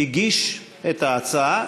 הגיש את ההצעה